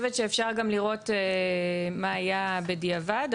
עשר דקות,